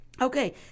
Okay